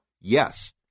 Yes